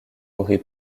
aurait